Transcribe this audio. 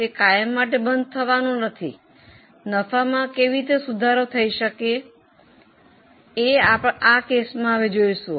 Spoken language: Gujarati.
તે કાયમ માટે બંધ થવાનું નથી નફામાં કેવી રીતે સુધારો થઈ શકે આ કેસમાં જોઈશું